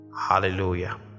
Hallelujah